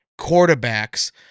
quarterbacks